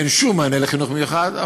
אין שום מענה לחינוך מיוחד,